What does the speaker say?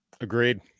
Agreed